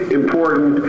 important